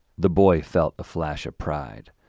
the boy felt a flash of pride,